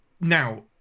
Now